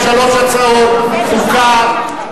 יש שלוש הצעות: חוקה,